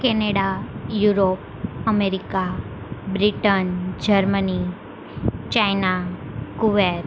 Canada Europe America Britain Germany China Kuwait